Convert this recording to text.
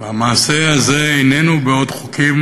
והמעשה הזה איננו בעוד חוקים,